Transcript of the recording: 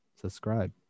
subscribe